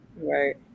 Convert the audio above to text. right